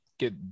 get